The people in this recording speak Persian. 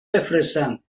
بفرستم